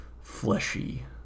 fleshy